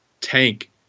tank